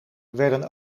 werden